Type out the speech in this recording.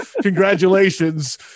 congratulations